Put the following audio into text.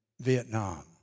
Vietnam